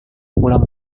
pulang